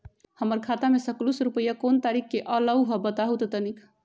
हमर खाता में सकलू से रूपया कोन तारीक के अलऊह बताहु त तनिक?